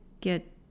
get